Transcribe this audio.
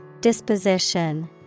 Disposition